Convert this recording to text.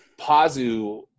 Pazu